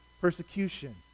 persecution